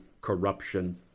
corruption